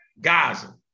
Gaza